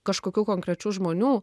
kažkokių konkrečių žmonių